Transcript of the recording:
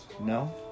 no